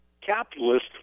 capitalist